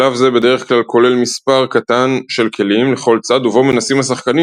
שלב זה כולל בדרך כלל מספר קטן של כלים לכל צד ובו מנסים השחקנים